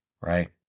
Right